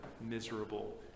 miserable